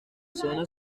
zona